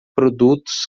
produtos